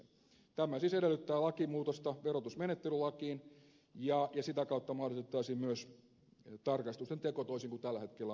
tämä siis edellyttää lakimuutosta verotusmenettelylakiin ja sitä kautta mahdollistettaisiin myös tarkastusten teko toisin kuin tällä hetkellä on mahdollista